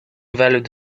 valued